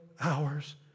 hours